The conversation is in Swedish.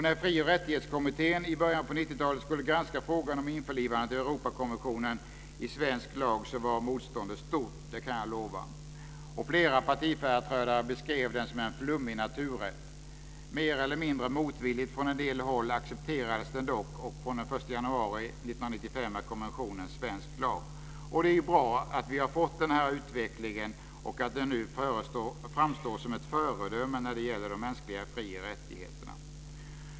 När Fri och rättighetskommittén i början på 90-talet skulle granska frågan om införlivandet av Europakonventionen i svensk lag så var motståndet stort, det kan jag lova, och flera partiföreträdare beskrev den som en flummig naturrätt. Mer eller mindre motvilligt från en del håll accepterades den dock. Och från den 1 januari 1995 är konventionen svensk lag. Och det är ju bra att vi har fått denna utveckling och att den nu framstår som ett föredöme när det gäller mänskliga fri och rättigheter.